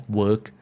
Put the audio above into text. work